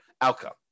outcome